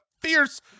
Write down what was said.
fierce